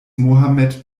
mohammed